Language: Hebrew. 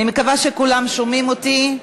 אני מקווה שכולם שומעים אותי.